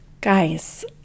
Guys